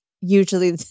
usually